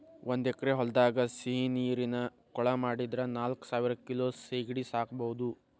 ಒಂದ್ ಎಕರೆ ಹೊಲದಾಗ ಸಿಹಿನೇರಿನ ಕೊಳ ಮಾಡಿದ್ರ ನಾಲ್ಕಸಾವಿರ ಕಿಲೋ ಸೇಗಡಿ ಸಾಕಬೋದು